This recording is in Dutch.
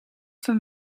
van